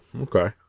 okay